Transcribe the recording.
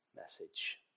message